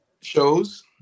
Shows